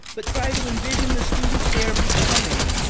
but try to envision the students they are becoming,